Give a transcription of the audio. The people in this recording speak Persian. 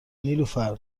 نیلوفرنه